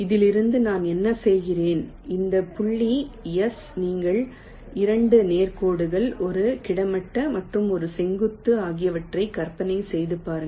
இதிலிருந்து நான் என்ன செய்கிறேன் இந்த புள்ளி எஸ் நீங்கள் 2 நேர் கோடுகள் ஒரு கிடைமட்ட மற்றும் ஒரு செங்குத்து ஆகியவற்றை கற்பனை செய்து பாருங்கள்